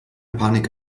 panik